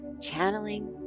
channeling